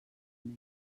més